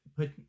Put